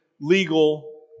legal